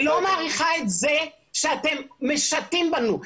לא מעריכה את זה שאתם משטים בנו.